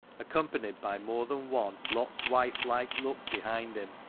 accompanied by more than one lot's-wife-like look behind him.